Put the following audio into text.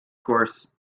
course